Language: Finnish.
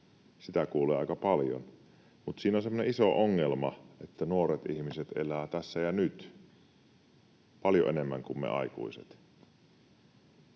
Sitä kuulee aika paljon, mutta siinä on semmoinen iso ongelma, että nuoret ihmiset elävät tässä ja nyt, paljon enemmän kuin me aikuiset.